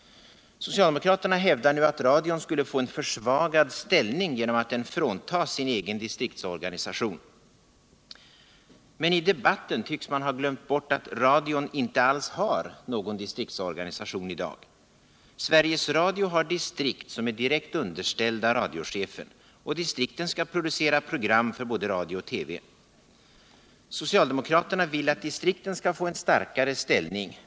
Socialdemokraterna hävdar nu att radion skulle få en försvagad ställning genom att den fråntas sin egen distriktsorganisation. I debatten tycks man ha glömt bort att radion inte alls har någon distriktsorganisation i dag. Sveriges Radio har distrikt, som är direkt underställda radiochefen. Distrikten skall producera program för både radio och TV. Socialdemokraterna vill att distrikten skall få en starkare ställning.